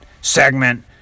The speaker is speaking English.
segment